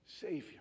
savior